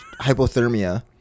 hypothermia